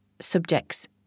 subjects